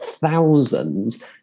thousands